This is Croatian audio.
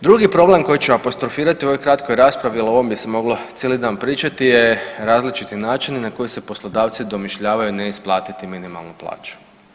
Drugi problem koji ću apostrofirati u ovoj kratkoj raspravi jel o ovom bi se moglo cijeli dan pričati je različiti načini na koji se poslodavci domišljavaju ne isplatiti minimalnu plaću.